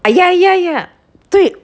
uh ya ya ya 对